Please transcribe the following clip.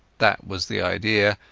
that was the idea,